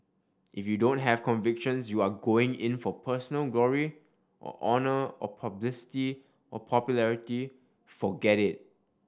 if you don't have convictions you are going in for personal glory or honour or publicity or popularity forget it